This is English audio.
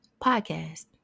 podcast